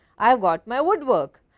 i have got my wood work.